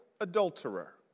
adulterer